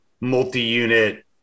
multi-unit